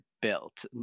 built